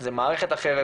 זאת מערכת אחרת,